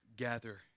gather